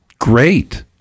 great